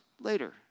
later